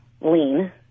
lean